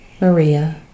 Maria